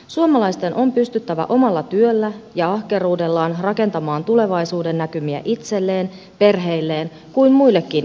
suomalaisten on pystyttävä omalla työllään ja ahkeruudellaan rakentamaan tulevaisuuden näkymiä itselleen perheilleen ja muille ihmisille